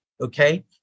Okay